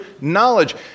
knowledge